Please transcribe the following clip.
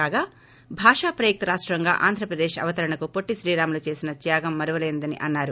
కాగా భాషాప్రయుక్త రాష్టంగా ఆంధ్రప్రదేశ్ అవతరణకు పొట్లిశ్రీరాములు చేసిన త్యాగం మరువలేనిదని అన్నారు